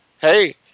Hey